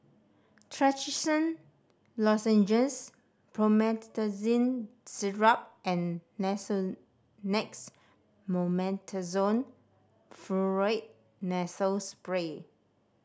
Trachisan Lozenges Promethazine Syrup and Nasonex Mometasone Furoate Nasal Spray